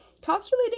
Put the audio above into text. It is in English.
Calculating